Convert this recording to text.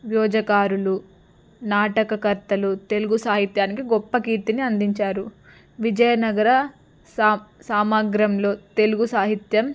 వ్యోజకారులు నాటకకర్తలు తెలుగు సాహిత్యానికి గొప్ప కీర్తిని అందించారు విజయనగర సా సామ్రాజ్యంలో తెలుగు సాహిత్యం